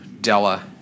Della